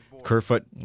Kerfoot